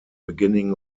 beginning